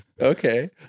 Okay